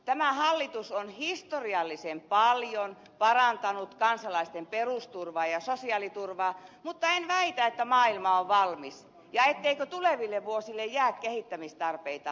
tämä hallitus on historiallisen paljon parantanut kansalaisten perusturvaa ja sosiaaliturvaa mutta en väitä että maailma on valmis ja etteikö tuleville vuosille jää kehittämistarpeita